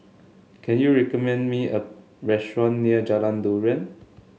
can you recommend me a restaurant near Jalan Durian